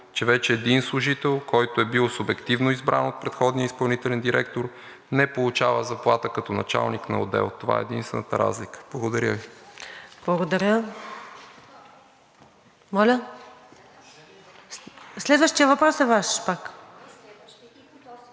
че вече един служител, който е бил субективно избран от предходния изпълнителен директор, не получава заплата като началник на отдел. Това е единствената разлика. Благодаря Ви. ПРЕДСЕДАТЕЛ НАДЕЖДА САМАРДЖИЕВА: Благодаря.